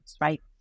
right